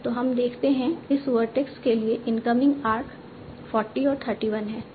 तो हम देखते हैं इस वर्टेक्स के लिए इनकमिंग आर्क 40 और 31 हैं